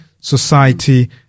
society